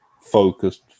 focused